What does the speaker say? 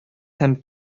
һәм